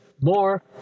more